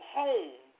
home